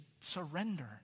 surrender